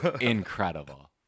Incredible